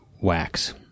wax